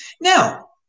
Now